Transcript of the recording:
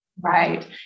Right